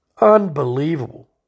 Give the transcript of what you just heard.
Unbelievable